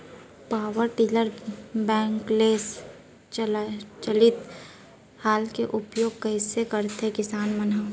Power tiller बैलेंस चालित हल के उपयोग कइसे करथें किसान मन ह?